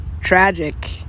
tragic